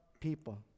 people